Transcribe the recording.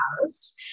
house